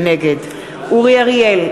נגד אורי אריאל,